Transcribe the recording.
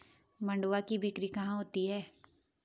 मंडुआ की बिक्री कहाँ होती है?